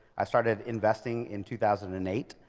i started investing in two thousand and eight,